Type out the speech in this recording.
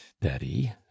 daddy